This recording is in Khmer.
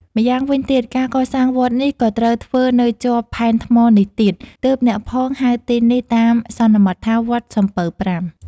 ម្យ៉ាងវិញទៀត ការកសាងវត្តនេះ ក៏ត្រូវធ្វើនៅជាប់ផែនថ្មនេះទៀត ទើបអ្នកផងហៅទីនេះតាមសន្មតថា "វត្តសំពៅប្រាំ" ។